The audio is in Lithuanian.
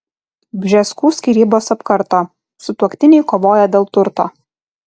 bžeskų skyrybos apkarto sutuoktiniai kovoja dėl turto